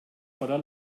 voller